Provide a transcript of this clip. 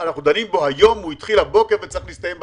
אנחנו דנים בו הבוקר והוא צריך להסתיים בצוהריים.